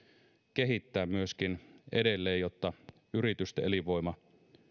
kehittää myöskin edelleen jotta yritysten elinvoima